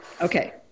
Okay